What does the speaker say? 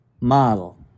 model